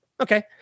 Okay